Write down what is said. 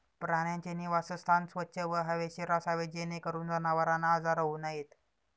प्राण्यांचे निवासस्थान स्वच्छ व हवेशीर असावे जेणेकरून जनावरांना आजार होऊ नयेत